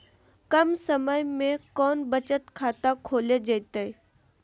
कम समय में कौन बचत खाता खोले जयते?